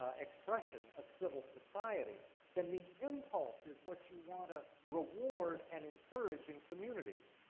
expression of civil society then the impulse is what you wanna reward and encourage in communities.